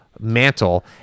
mantle